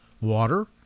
water